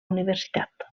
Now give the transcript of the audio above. universitat